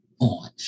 On